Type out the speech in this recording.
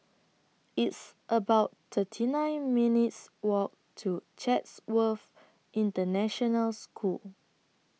It's about thirty nine minutes Walk to Chatsworth International School